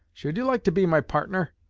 should you like to be my partner?